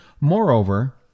Moreover